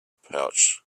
pouch